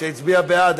שהצביע בעד,